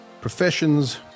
professions